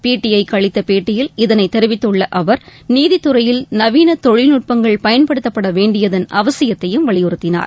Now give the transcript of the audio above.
PTI க்கு அளித்த பேட்டியில் இதனைத் தெரிவித்துள்ள அவர் நீதித்துறையில் நவீன தொழில்நட்பங்கள் பயன்படுத்தப்பட வேண்டியதன் அவசியத்தையும் வலியுறுத்தினார்